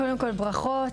קודם כל, ברכות.